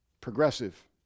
progressive